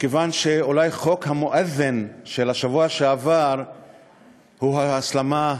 מכיוון שאולי חוק המואזין של השבוע שעבר הוא ההסלמה,